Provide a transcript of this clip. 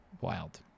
Wild